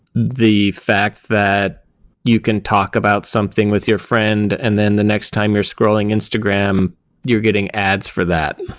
the fact that you can talk about something with your friend and then the next time you're scrolling instagram you're getting ads for that.